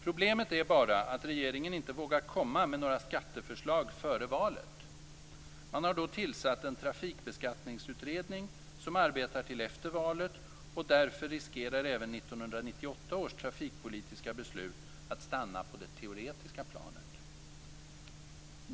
Problemet är bara att regeringen inte vågar komma med några skatteförslag före valet. Man har då tillsatt en trafikbeskattningsutredning som arbetar till efter valet, och därför riskerar även 1998 års trafikpolitiska beslut att stanna på det teoretiska planet.